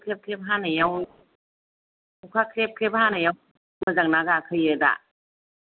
ख्रेब ख्रेब हानायाव अखा ख्रेब ख्रेब हानायाव मोजां ना गाखोयो दा